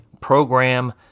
program